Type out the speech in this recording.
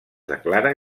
declara